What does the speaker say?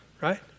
Right